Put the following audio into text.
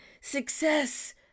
success